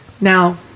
Now